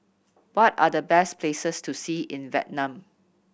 what are the best places to see in Vietnam